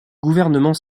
gouvernement